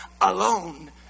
alone